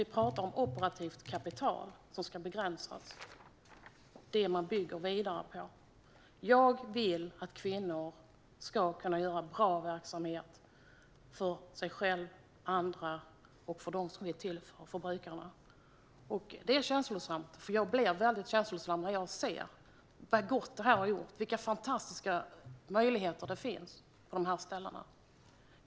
Vi pratar om operativt kapital som ska begränsas, det kapital som man bygger vidare på. Jag vill att kvinnor ska kunna starta en bra verksamhet för sig själva, för andra och för dem som den är till för, brukarna. Det är känslosamt. Jag blir väldigt känslosam när jag ser nyttan med detta och vilka fantastiska möjligheter det finns på dessa ställen.